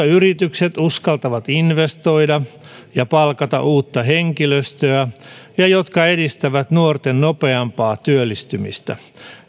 yritykset uskaltavat investoida ja palkata uutta henkilöstöä ja jotka edistävät nuorten nopeampaa työllistymistä